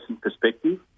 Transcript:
perspective